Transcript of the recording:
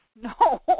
No